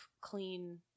clean